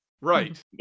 right